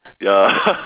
ya